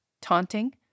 taunting